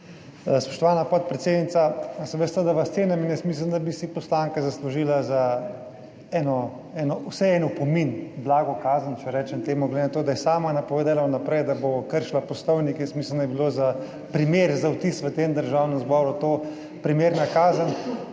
Spoštovana podpredsednica, saj veste, da vas cenim in jaz mislim, da bi si poslanka zaslužila vsaj en opomin, blago kazen, če rečem temu, glede na to, da je sama napovedala vnaprej, da bo kršila poslovnik. Jaz mislim, da bi bilo za primer, za vtis v tem Državnem zboru to primerna kazen.